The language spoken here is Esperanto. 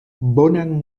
bonan